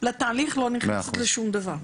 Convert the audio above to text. לתהליך האימוץ.